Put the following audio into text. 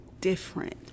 different